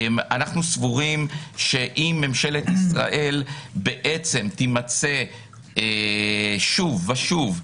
אנחנו סבורים שאם ממשלת ישראל תימצא שוב ושוב,